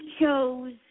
chose